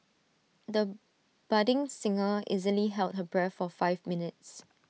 the budding singer easily held her breath for five minutes